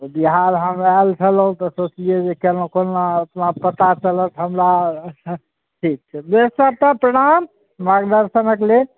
बिहार हम आएल छलहुँ तऽ सोचलिए जे कोना पता चलत हमरा सब किछु बेस सर तब प्रणाम मार्गदर्शनके लेल